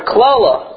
Klala